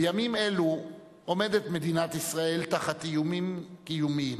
בימים אלו עומדת מדינת ישראל תחת איומים קיומיים.